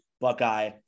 Buckeye